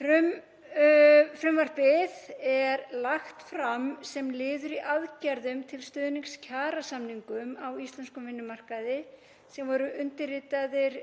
Frumvarpið er lagt fram sem liður í aðgerðum til stuðnings kjarasamningum á íslenskum vinnumarkaði sem undirritaðir